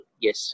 Yes